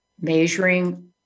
measuring